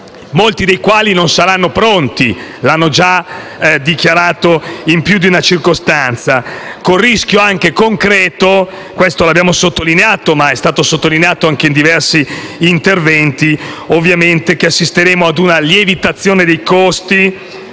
molti dei quali non saranno pronti, come hanno già dichiarato in più di una circostanza, con il rischio anche concreto - lo abbiamo sottolineato, ma è stato evidenziato anche in diversi interventi - di assistere a una lievitazione dei costi